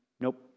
Nope